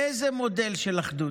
איזה מודל של אחדות?